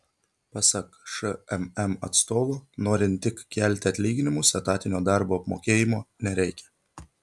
pasak šmm atstovo norint tik kelti atlyginimus etatinio darbo apmokėjimo nereikia